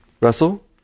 Russell